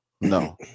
No